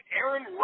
Aaron